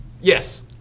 yes